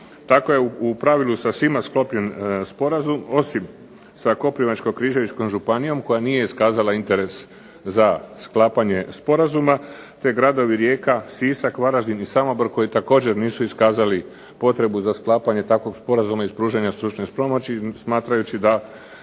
Tako je u pravilu sa svima sklopljen sporazum, osim sa Koprivničko-križevačkom županijom koja nije iskazala interes za sklapanje sporazuma te gradovi Rijeka, Sisak, Varaždin i Samobor koji također nisu iskazali potrebu za sklapanje takvog sporazuma iz pružanja stručne pomoći smatrajući da